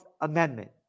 amendment